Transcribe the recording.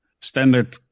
standard